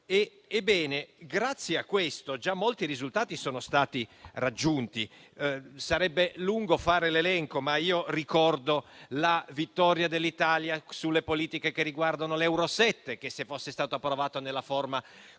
coesa. Grazie a questo, già molti risultati sono stati raggiunti. Sarebbe lungo fare l'elenco, ma io ricordo la vittoria dell'Italia sulle politiche che riguardano il regolamento Euro 7, che, se fosse stato approvato nella forma